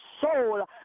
soul